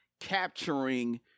capturing